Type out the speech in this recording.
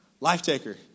Life-taker